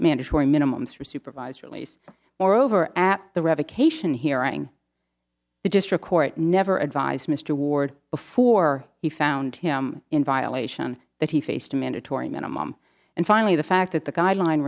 mandatory minimums for supervised release moreover at the revocation hearing the district court never advised mr ward before he found him in violation that he faced a mandatory minimum and finally the fact that the guideline